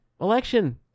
election